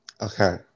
Okay